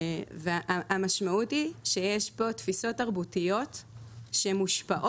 המשמעות היא שיש כאן תפיסות תרבותיות שמושפעות